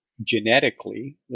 Genetically